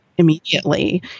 Immediately